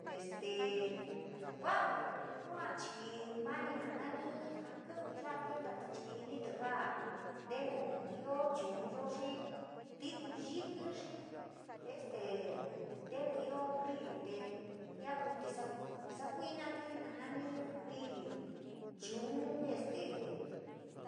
Este vau yua chii mani nani jaa ki'vi ya'a kentatí chii jinití jaa ntnu ioo chunyo xii tiku yiki, xii este ntenu ioo ríí tee jiakutí sa sakuinatí nanani, ríí, chuun este